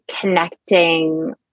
connecting